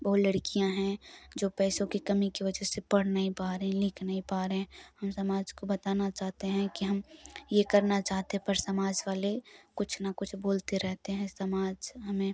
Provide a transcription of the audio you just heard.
बहुत लड़कियाँ हैं जो पैसों की कमी की वजह से पढ़ नहीं पा रहीं लिख नहीं पा रहे हम समाज को बताना चाहते हैं कि हम ये करना चाहते हैं पर समाज़ वाले कुछ न कुछ बोलते रहते हैं समाज हमें